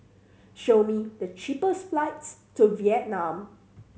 show me the cheapest flights to Vietnam